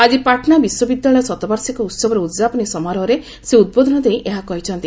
ଆଜି ପାଟଣା ବିଶ୍ୱବିଦ୍ୟାଳୟ ଶତବାର୍ଷିକୀ ଉତ୍ସବର ଉଦଯାପନୀ ସମାରୋହରେ ସେ ଉଦ୍ବୋଧନ ଦେଇ ଏହା କହିଛନ୍ତି